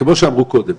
כמו שאמרו קודם,